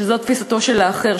שזו תפיסתו של האחר,